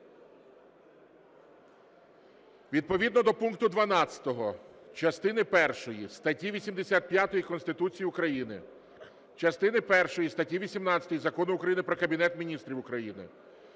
Відповідно до пункту 12 частини першої статті 85 Конституції України, частини першої статті 18 Закону України "Про Кабінет Міністрів України"